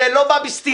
זה לא בא בסתירה.